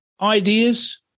ideas